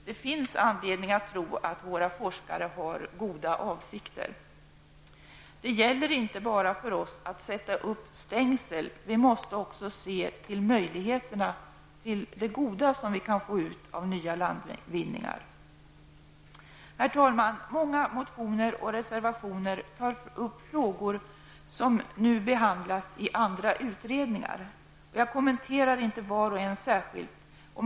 Det finns anledning att tro att våra forskare har goda avsikter. För oss gäller det inte bara att sätta upp stängsel, utan vi måste också se möjligheterna till allt det goda som vi kan få ut av nya landvinningar. Herr talman! I många motioner och reservationer tas upp frågor som nu behandlas i andra utredningar. Jag kommenterar inte varje motion och reservation särskilt.